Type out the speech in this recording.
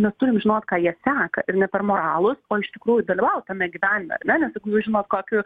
mes turim žinot ką jie seka ir ne per moralus o iš tikrųjų dalyvaut tame gyvenime ane nes jeigu jūs žinot kokius